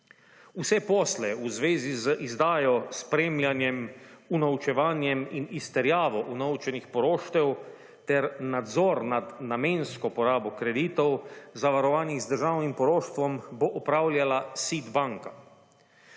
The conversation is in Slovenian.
Vse posle v zvezi z izdajo, spremljanjem, unovčevanjem in izterjavo unovčenih poroštev, ter nadzor nad namensko porabo kreditov, zavarovanih z državnim poroštvom, bo opravljala SID banka.